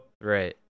right